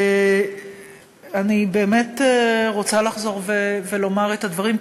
אני באמת רוצה לחזור ולומר את הדברים,